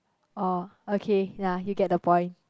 oh okay ya you get the point